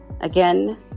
Again